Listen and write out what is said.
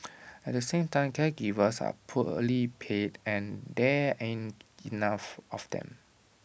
at the same time caregivers are poorly paid and there aren't enough of them